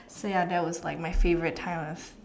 so ya that was like my favorite time of